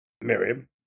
Miriam